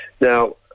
Now